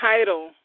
title